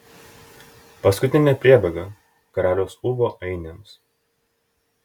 paskutinė priebėga karaliaus ūbo ainiams